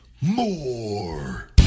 more